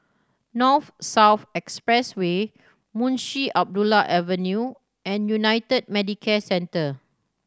North South Expressway Munshi Abdullah Avenue and United Medicare Centre